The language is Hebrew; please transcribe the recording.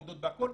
עומדות בכל.